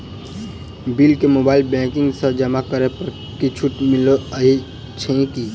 Bill केँ mobile banking सँ जमा करै पर किछ छुटो मिलैत अछि की?